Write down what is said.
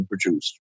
produced